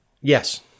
Yes